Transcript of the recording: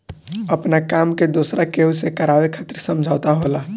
आपना काम के दोसरा केहू से करावे खातिर समझौता होला